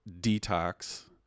detox